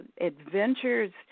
adventures